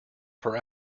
per